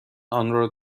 آنرا